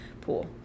pool